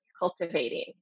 cultivating